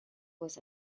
was